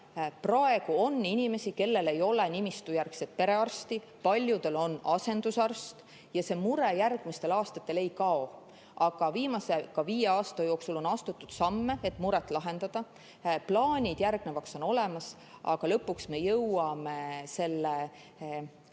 praegu on inimesi, kellel ei ole nimistujärgset perearsti, paljudel on asendusarst, ja see mure järgmistel aastatel ei kao. Aga viimase viie aasta jooksul on astutud samme, et muret lahendada, plaanid järgnevaks on olemas. Aga lõpuks me jõuame selle